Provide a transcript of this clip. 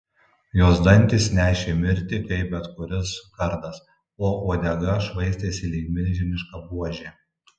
jos dantys nešė mirtį kaip bet kuris kardas o uodega švaistėsi lyg milžiniška buožė